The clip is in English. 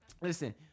Listen